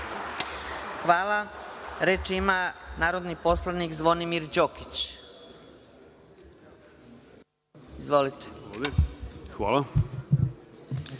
Hvala. Reč ima narodni poslanik Zvonimir Đokić. Izvolite. **Zvonimir